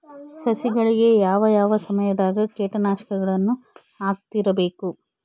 ಸಸಿಗಳಿಗೆ ಯಾವ ಯಾವ ಸಮಯದಾಗ ಕೇಟನಾಶಕಗಳನ್ನು ಹಾಕ್ತಿರಬೇಕು?